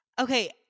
Okay